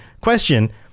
Question